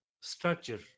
structure